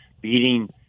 beating